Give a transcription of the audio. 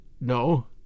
No